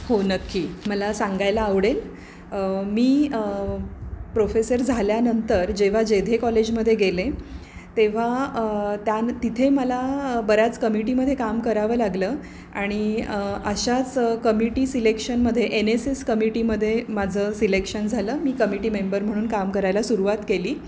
हो नक्की मला सांगायला आवडेल मी प्रोफेसर झाल्यानंतर जेव्हा जेधे कॉलेजमध्ये गेले तेव्हा त्याने तिथे मला बऱ्याच कमिटीमध्ये काम करावं लागलं आणि अशाच कमिटी सिलेक्शनमध्ये एन एस एस कमिटीमध्ये माझं सिलेक्शन झालं मी कमिटी मेंबर म्हणून काम करायला सुरुवात केली